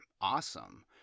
awesome